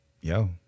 yo